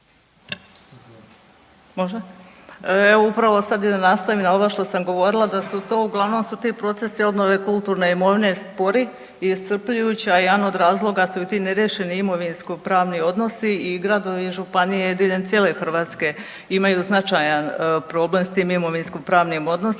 Evo upravo sada i da nastavim na ono što sam govorila da su to uglavnom si ti procesi imovine kulturne imovine spori i iscrpljujući, a jedan od razloga su i ti neriješeni imovinsko-pravni odnosi i gradovi i županije diljem cijele Hrvatske imaju značajan problem s tim imovinsko pravnim odnosima